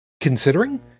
considering